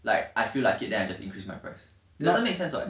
like I feel like it then I just increase my price it doesn't make sense [what]